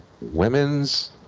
women's